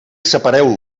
separeu